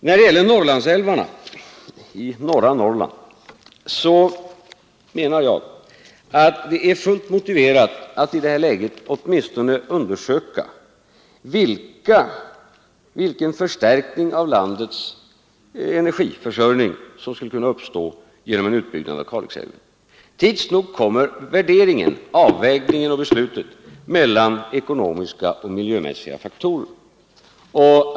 När det gäller älvarna i norra Norrland menar jag att det är fullt motiverat att i det här läget åtminstone undersöka vilken förstärkning av landets energiförsörjning, som skulle kunna uppstå genom en utbyggnad av Kalix älv. Tids nog kommer värderingen, avvägningen och beslutet mellan ekonomiska och miljömässiga faktorer.